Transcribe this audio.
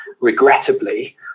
regrettably